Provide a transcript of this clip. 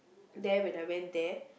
there when I went there